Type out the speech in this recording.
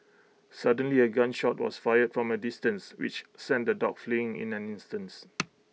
suddenly A gun shot was fired from A distance which sent the dogs fleeing in an instance